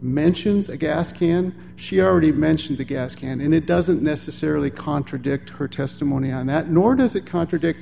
mentions a gas can she already mentions a gas can and it doesn't necessarily contradict her testimony on that nor does it contradict